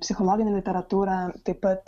psichologine literatūra taip pat